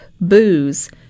booze